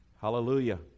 Hallelujah